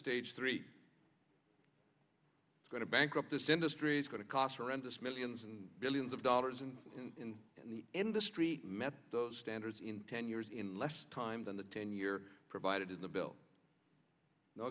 stage three it's going to bankrupt this industry is going to cost around us millions and billions of dollars and in the industry met those standards in ten years in less time than the ten year provided in the bill no